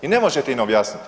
I ne možete im objasniti.